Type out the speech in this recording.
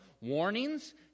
warnings